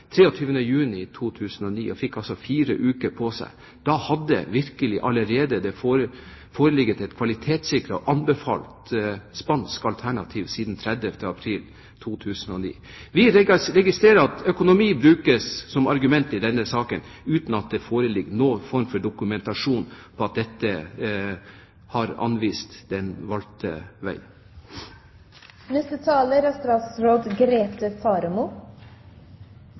juni 2009. De fikk altså fire uker på seg. Da hadde det allerede foreligget et kvalitetssikret og anbefalt spansk alternativ siden 30. april 2009. Vi registrerer at økonomi brukes som argument i denne saken uten at det foreligger noen form for dokumentasjon på dette. Regjeringen har